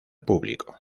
público